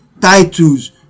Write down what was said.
titles